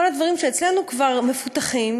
כל הדברים שאצלנו כבר מפותחים,